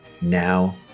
Now